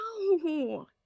no